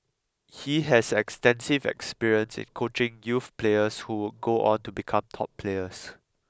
he has extensive experience in coaching youth players who would go on to become top players